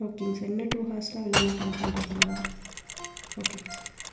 ஓகேங்க சார் இன்னம் டூ ஹார்ஸ்ல வரல்லைனா கால் பண்ணுறதுங்களா ஓகேங்க சார்